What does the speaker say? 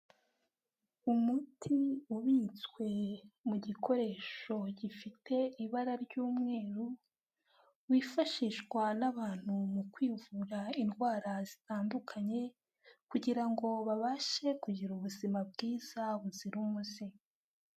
Umuti ubitswe mu gikoresho gifite ibara ry'umweru, wifashishwa n'abantu mu kwivura indwara zitandukanye kugira ngo babashe kugira ubuzima bwiza buzira umuze.